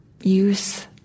use